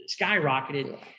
skyrocketed